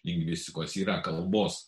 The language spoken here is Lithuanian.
lingvistikos yra kalbos